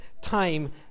time